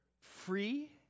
free